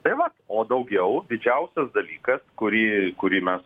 tai vat o daugiau didžiausias dalykas kurį kurį mes